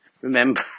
remember